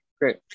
Great